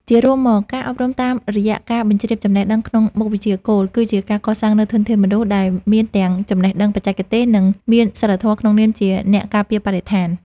ជារួមមក ការអប់រំតាមរយៈការបញ្ជ្រាបចំណេះដឹងក្នុងមុខវិជ្ជាគោល គឺជាការកសាងនូវធនធានមនុស្សដែលមានទាំងចំណេះដឹងបច្ចេកទេស និងមានសីលធម៌ក្នុងនាមជាអ្នកការពារបរិស្ថាន។